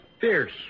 fierce